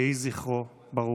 יהי זכרו ברוך.